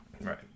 Right